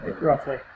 Roughly